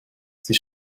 sie